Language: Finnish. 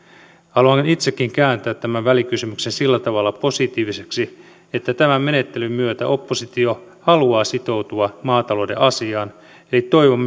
haluan itsekin kääntää tämän välikysymyksen sillä tavalla positiiviseksi että tämän menettelyn myötä oppositio haluaa sitoutua maatalouden asiaan eli toivon